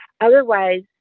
Otherwise